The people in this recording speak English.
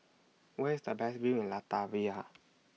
Where IS The Best View in Latvia